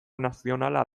nazionala